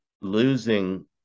losing